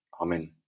Amen